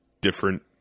different